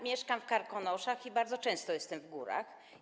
Mieszkam w Karkonoszach i bardzo często jestem w górach.